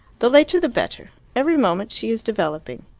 the later the better. every moment she is developing.